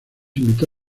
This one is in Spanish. invitó